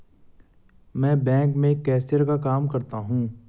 मैं बैंक में कैशियर का काम करता हूं